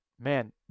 man